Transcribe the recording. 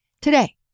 today